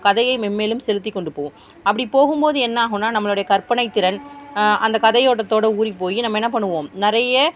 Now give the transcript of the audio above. கதையை மேன்மேலும் செலுத்திக் கொண்டு போவோம் அப்படி போகும் போது என்னாகும்னா நம்மளுடைய கற்பனை திறன் அந்த கதையோடத்தோட ஊறிப்போய் நம்ம என்ன பண்ணுவோம் நிறைய